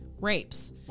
rapes